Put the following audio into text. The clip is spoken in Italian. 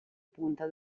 punta